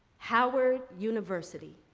howard university.